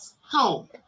home